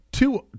Two